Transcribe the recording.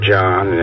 John